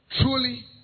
truly